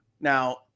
Now